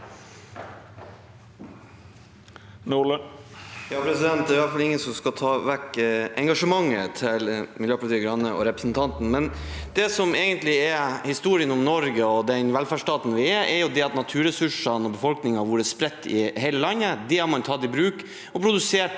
Det er i alle fall ingen som kan ta vekk engasjementet til Miljøpartiet De Grønne og representanten Berg. Det som egentlig er historien om Norge og den velferdsstaten vi er, er at naturressursene og befolkningen har vært spredt over hele landet. Man har tatt naturressursene i bruk og produsert